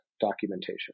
documentation